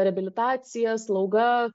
reabilitacija slauga